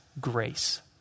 grace